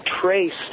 traced